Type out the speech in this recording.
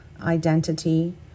identity